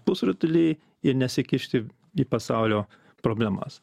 pusrutuly ir nesikišti į pasaulio problemas